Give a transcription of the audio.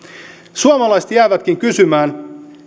suomalaiset jäävätkin kysymään